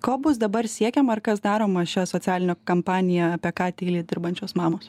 ko bus dabar siekiama ar kas daroma šioj socialinio kampanija apie ką tyli dirbančios mamos